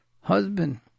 husband